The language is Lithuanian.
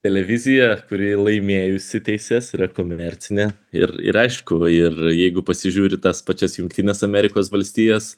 televizija kuri laimėjusi teises yra komercinė ir ir aišku ir jeigu pasižiūri tas pačias jungtines amerikos valstijas